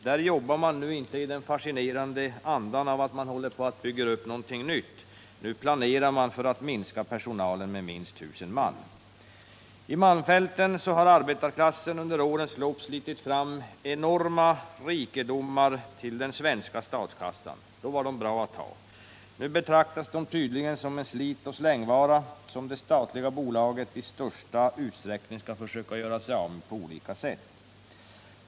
Där jobbar man inte nu i den fascinerande känslan av att man håller på att bygga upp någonting nytt. Nu planerar man för att minska personalen med minst tusen man. I malmfälten har arbetarklassen under årens lopp slitit fram enorma rikedomar till den svenska statskassan. Då var arbetarna bra att ha. Nu betraktas de tydligen som en slitoch slängvara som det statliga bolaget i största utsträckning skall försöka göra sig av med på olika sätt.